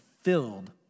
filled